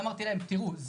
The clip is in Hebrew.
ואמרתי להם: תראו,